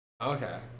Okay